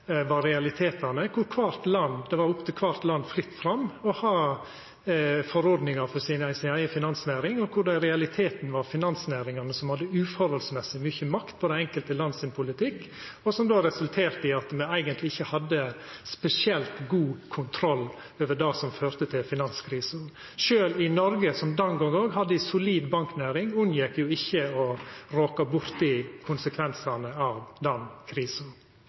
var realitetane, der det var opp til kvart land, fritt fram, å ha forordningar for eiga finansnæring, og der det i realiteten var finansnæringane som hadde uforholdsmessig mykje makt i politikken i det enkelte land, og som då resulterte i at me eigentleg ikkje hadde spesielt god kontroll over det som førte til finanskrisa. Sjølv i Noreg, som den gongen òg hadde ei solid banknæring, unngjekk me ikkje å råka borti konsekvensane av